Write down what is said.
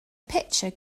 pitcher